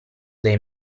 dai